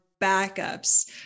backups